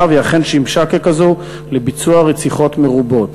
והיא אכן שימשה ככזו לביצוע רציחות מרובות.